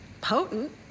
potent